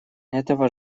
этого